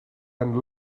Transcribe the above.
and